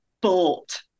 bolt